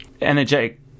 energetic